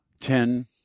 ten